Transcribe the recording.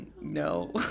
No